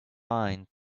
mind